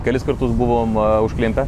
kelis kartus buvom užklimpę